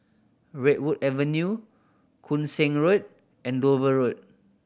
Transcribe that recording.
Redwood Avenue Koon Seng Road and Dover Road